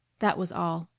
that was all.